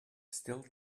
still